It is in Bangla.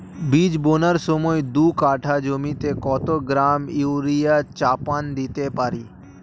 বীজ বোনার সময় দু কাঠা জমিতে কত গ্রাম ইউরিয়া চাপান দিতে পারি?